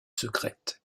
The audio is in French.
secrètes